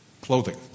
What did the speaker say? clothing